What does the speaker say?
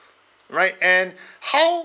right and how